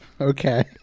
Okay